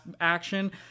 action